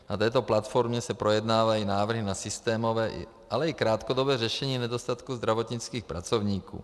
Na této platformě se projednávají návrhy na systémové, ale i krátkodobé řešení nedostatku zdravotnických pracovníků.